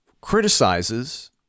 criticizes